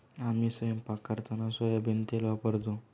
आम्ही स्वयंपाक करताना सोयाबीन तेल वापरतो